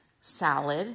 salad